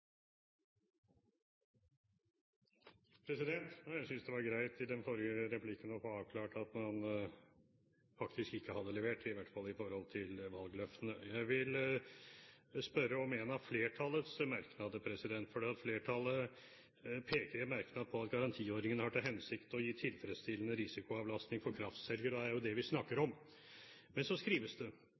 svaret på. Jeg synes det var greit i den forrige replikken å få avklart at man faktisk ikke hadde levert – i hvert fall ikke i forhold til valgløftene. Jeg vil spørre om en av flertallets merknader, for flertallet peker i en merknad på at «garantiordningen har til hensikt å gi tilfredsstillende risikoavlastning for kraftselger», og det er jo det vi snakker om. Men så skrives det: